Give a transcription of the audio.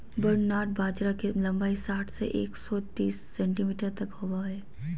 barnyard बाजरा के लंबाई साठ से एक सो तिस सेंटीमीटर तक होबा हइ